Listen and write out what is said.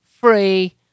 free